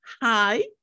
Hi